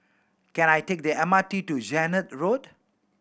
can I take the M R T to Zehnder Road